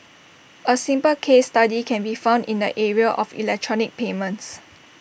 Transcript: A simple case study can be found in the area of electronic payments